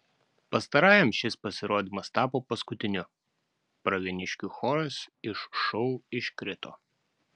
pastarajam šis pasirodymas tapo paskutiniu pravieniškių choras iš šou iškrito